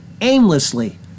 aimlessly